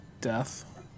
death